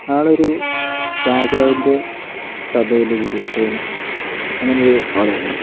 അയാളൊരു രാജാവിന്റെ സഭയിൽ വിദൂഷകന് അങ്ങനെ ഒരു ഒരാളായിരുന്നു